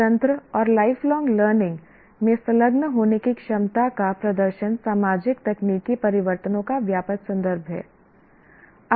स्वतंत्र और life long learning में संलग्न होने की क्षमता का प्रदर्शन सामाजिक तकनीकी परिवर्तनों का व्यापक संदर्भ है